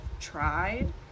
tried